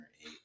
eight